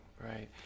Right